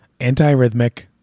antiarrhythmic